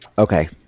Okay